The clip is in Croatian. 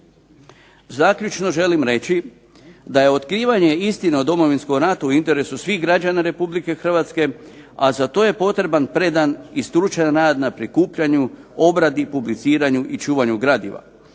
Zaključno želim reći da je otkrivanje istine o Domovinskom ratu u interesu svih građana RH, a za to je potreban predan i stručan rad na prikupljanju, obradi, publiciranju i čuvanju gradiva.